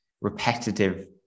repetitive